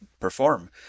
perform